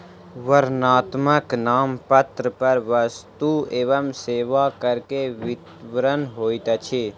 वर्णनात्मक नामपत्र पर वस्तु एवं सेवा कर के विवरण होइत अछि